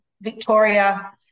Victoria